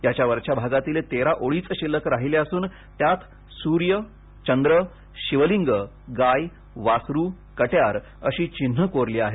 याच्या वरच्या भागातील तेरा ओळीच शिल्लक राहिल्या असून त्यात सूर्य चंद्र शिवलिंग गाय वासरू कट्यार अशी चिन्ह कोरली आहेत